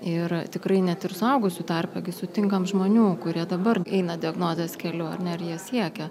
ir tikrai net ir suaugusių tarpe sutinkam žmonių kurie dabar eina diagnozės keliu ar ne ir jie siekia